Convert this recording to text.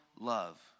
love